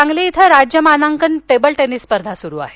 सांगली इथं राज्य मानांकन टेबल टेनिस स्पर्धा सुरू आहे